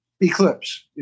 Eclipse